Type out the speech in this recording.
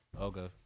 Okay